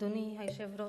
אדוני היושב-ראש,